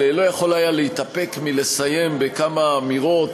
אבל לא יכול היה להתאפק מלסיים בכמה אמירות